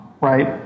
right